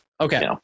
Okay